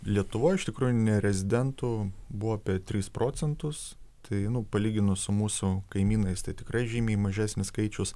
lietuvoj iš tikrųjų nerezidentų buvo apie tris procentus tai nu palyginus su mūsų kaimynais tai tikrai žymiai mažesnis skaičius